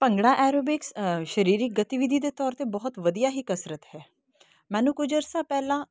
bhangra aerobics ਸਰੀਰਿਕ ਗਤੀਵਿਧੀ ਦੇ ਤੌਰ 'ਤੇ ਬਹੁਤ ਵਧੀਆ ਹੀ ਕਸਰਤ ਹੈ ਮੈਨੂੰ ਕੁਝ ਅਰਸਾ ਪਹਿਲਾਂ